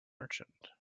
merchant